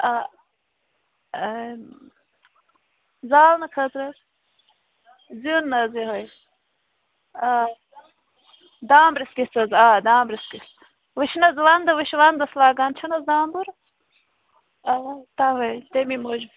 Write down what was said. آ زالنہٕ خٲطرٕ حظ زیُن حظ یِہَے آ دانٛمبرِس کِژھِ حظ آ دانٛمبرِس کِژھ وۅنۍ چھُنہٕ حظ ونٛدٕ وۅنۍ چھِ ونٛدَس لَگان چھِنہٕ حظ دانٛمبٕر آ تَوَے تَمے موٗجوٗب